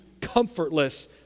comfortless